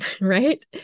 right